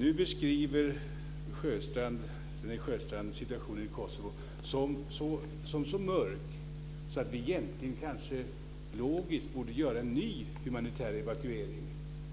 Nu beskriver Sven-Erik Sjöstrand situationen i Kosovo som så mörk att vi kanske egentligen logiskt borde göra en ny humanitär evakuering